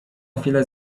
chwilę